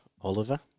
Oliver